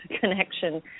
connection